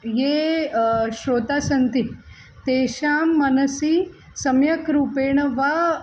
ये श्रोतारः सन्ति तेषां मनसि सम्यग्रूपेण वा